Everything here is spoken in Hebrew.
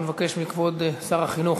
אנחנו נבקש מכבוד שר החינוך